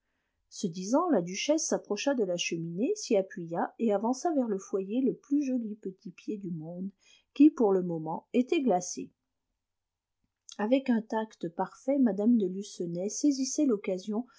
ce disant la duchesse s'approcha de la cheminée s'y appuya et avança vers le foyer le plus joli petit pied du monde qui pour le moment était glacé avec un tact parfait mme de lucenay saisissait l'occasion